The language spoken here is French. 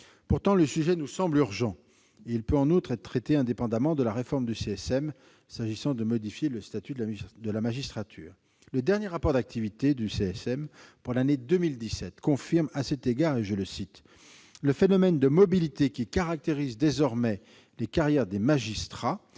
Pourtant, le sujet nous semble urgent. Il peut en outre être traité indépendamment de la réforme du CSM, s'agissant de la modification du statut de la magistrature. Le dernier rapport d'activité du CSM pour l'année 2017 confirme, à cet égard, « le phénomène de mobilité qui caractérise désormais les carrières des magistrats »